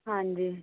ਹਾਂਜੀ